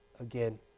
again